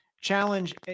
Challenge